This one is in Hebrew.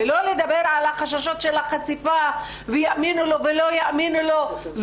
ולא לדבר על החששות של החשיפה ויאמינו לו או לא יאמינו לו,